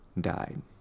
died